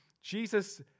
Jesus